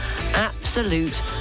absolute